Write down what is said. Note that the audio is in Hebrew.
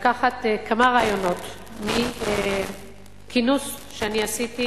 כמה רעיונות מכינוס שאני עשיתי.